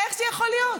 איך זה יכול להיות?